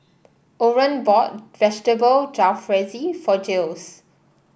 Orren bought Vegetable Jalfrezi for Jiles